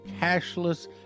cashless